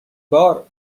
بار